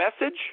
message